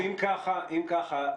אם כך,